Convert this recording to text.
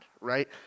right